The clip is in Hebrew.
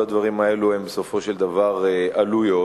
כל הדברים האלה הם בסופו של דבר עלויות,